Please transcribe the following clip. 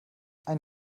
ein